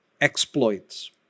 exploits